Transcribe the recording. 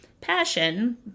passion